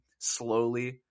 Slowly